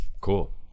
Cool